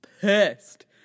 pissed